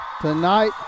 Tonight